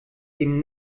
dem